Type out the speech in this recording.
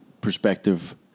perspective